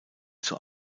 zur